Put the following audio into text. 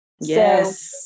Yes